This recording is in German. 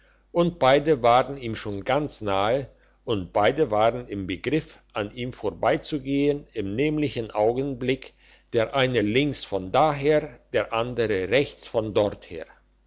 und beide waren ihm schon ganz nahe und beide waren im begriff an ihm vorbeizugehen im nämlichen augenblick der eine links von daher der andere rechts von dorther